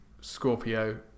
Scorpio